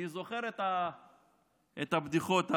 אני זוכר את הבדיחות האלה.